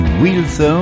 Wilson